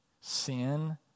Sin